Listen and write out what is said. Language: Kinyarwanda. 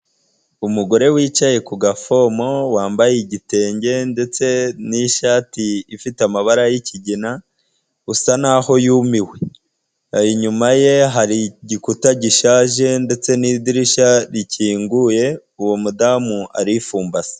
Umugore wicaye ku gafomo wambaye igitenge ndetse n'ishati ifite amabara y'ikigina usa n'aho yumiwe, inyuma ye hari igikuta gishaje ndetse n'idirishya rikinguye uwo mudamu ari fumbase.